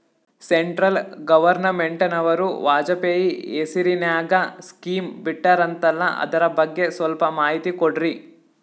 Central ಗವರ್ನಮೆಂಟನವರು ವಾಜಪೇಯಿ ಹೇಸಿರಿನಾಗ್ಯಾ scheme ಬಿಟ್ಟಾರಂತಲ್ಲ ಅದರ ಬಗ್ಗೆ ಸ್ವಲ್ಪ ಮಾಹಿತಿ ಕೊಡ್ರಿ?